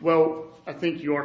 well i think your